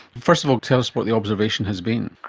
first of all tell us what the observation has been?